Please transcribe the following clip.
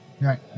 right